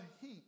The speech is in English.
heat